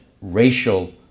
racial